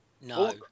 No